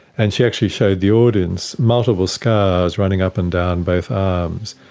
and she actually showed the audience multiple scars running up and down both arms,